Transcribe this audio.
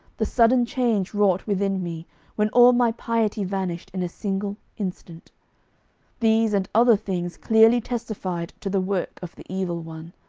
the sudden change wrought within me when all my piety vanished in a single instant these and other things clearly testified to the work of the evil one,